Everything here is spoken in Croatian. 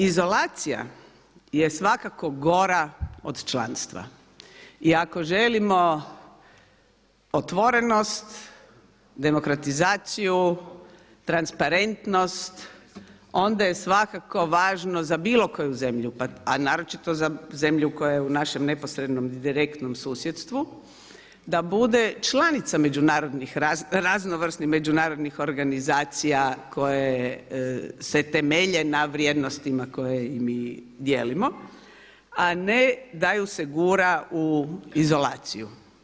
Izolacija je svakako gora od članstva i ako želimo otvorenost, demokratizaciju, transparentnost onda je svakako važno za bilo koju zemlju, a naročito za zemlju koja je u našem neposrednom i direktnom susjedstvu, da bude članica raznovrsnih međunarodnih organizacija koje se temelje na vrijednostima koje i mi dijelimo, a ne da ju se gura u izolaciju.